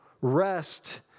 rest